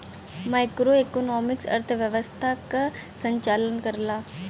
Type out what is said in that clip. macroeconomics अर्थव्यवस्था क संचालन करला